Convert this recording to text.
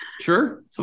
Sure